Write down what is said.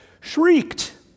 shrieked